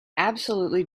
absolutely